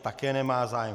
Také nemá zájem.